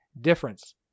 difference